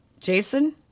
Jason